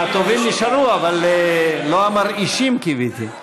הטובים נשארו, אבל לא המרעישים, קיוויתי.